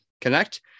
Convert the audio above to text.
connect